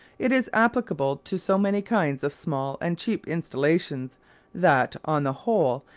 it is applicable to so many kinds of small and cheap installations that, on the whole,